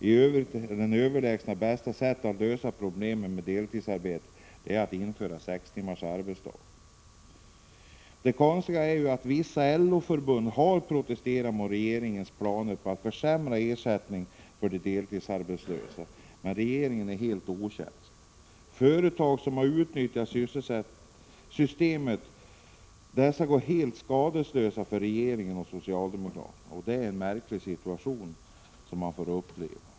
I övrigt är det överlägset bästa sättet att lösa problemen med deltidsarbete att införa sex timmars arbetsdag. Det konstiga är att regeringen är helt okänslig för att vissa LO-förbund har protesterat mot regeringens planer på att försämra ersättningen för de deltidsarbetslösa. Däremot låter regeringen och socialdemokraterna de företagare som har utnyttjat systemet gå helt skadeslösa. Det är en märklig situation man får uppleva.